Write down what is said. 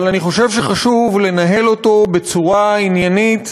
אבל אני חושב שחשוב לנהל אותו בצורה עניינית,